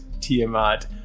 Tiamat